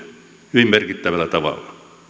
hyvin merkittävällä tavalla